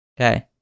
Okay